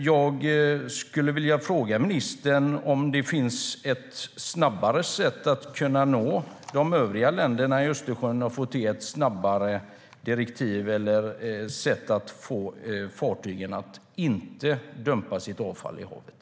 Jag vill fråga ministern om det finns ett snabbare sätt att nå de övriga länderna runt Östersjön för att få till ett snabbare direktiv eller ett sätt att få fartygen att inte dumpa sitt avfall i havet.